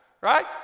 Right